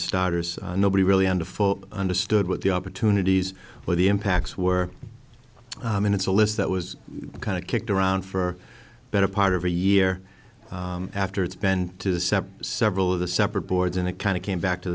starters nobody really under full understood what the opportunities for the impacts were and it's a list that was kind of kicked around for a better part of a year after it's been to sept several of the separate boards and it kind of came back to